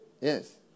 yes